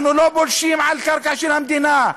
אנחנו לא פולשים לקרקע של המדינה,